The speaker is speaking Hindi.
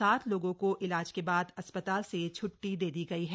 सात लोगों को इलाज के बाद अस्पताल से छुट्टी दे दी गई है